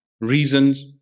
reasons